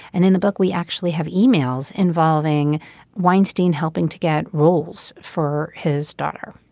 and in the book we actually have emails involving weinstein helping to get roles for his daughter.